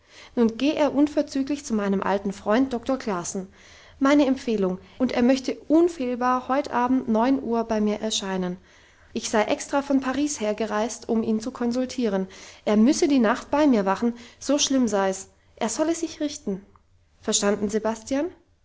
nun geh er unverzüglich zu meinem alten freund doktor classen meine empfehlung und er möchte unfehlbar heut abend neun uhr bei mir erscheinen ich sei extra von paris hergereist um ihn zu konsultieren er müsse die nacht bei mir wachen so schlimm sei's er solle sich richten verstanden sebastian